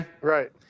Right